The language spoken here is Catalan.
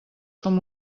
com